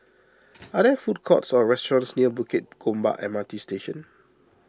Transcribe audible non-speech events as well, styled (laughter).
(noise) are there food courts or restaurants near Bukit Gombak M R T Station